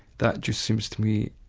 that just seems to me,